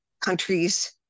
countries